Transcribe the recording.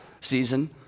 season